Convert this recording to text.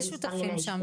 מי שותפים שם